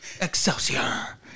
Excelsior